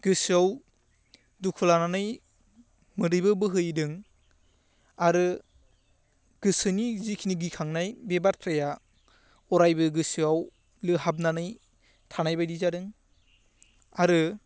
गोसोआव दुखु लानानै मोदैबो बोहैदों आरो गोसोनि जिखिनि गिखांनाय बे बाथ्राया अरायबो गोसोआव लोहाबनानै थानाय बादि जादों आरो